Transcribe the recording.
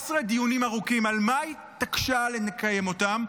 17 דיונים ארוכים, על מה התעקשה לקיים אותם?